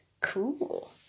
cool